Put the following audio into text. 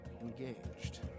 engaged